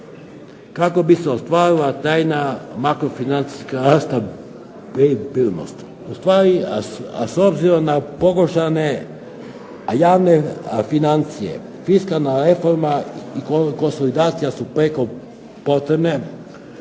kako bi se ostvarila trajna makro financijska stabilnost. Ustvari, s obzirom na pogoršane javne financije, fiskalna reforma, konsolidacija su preko potrebne,